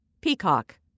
Peacock